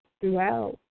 throughout